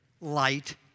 light